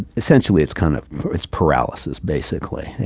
essentially, it's kind of it's paralysis, basically, yeah